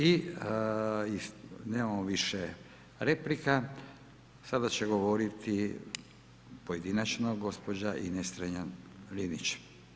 I nemamo više replika, sada će govoriti pojedinačno gospođa Ines Strenja Linić.